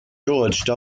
george